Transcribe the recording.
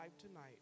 tonight